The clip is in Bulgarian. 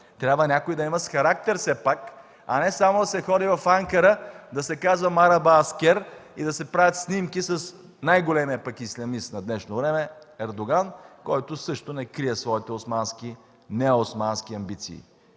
да има някой с характер все пак, а не само да се ходи в Анкара да се казва „Мараба, аскер” и да се правят снимки с най-големия ислямист на днешно време – Ердоган, който също не крие своите неосмански амбиции.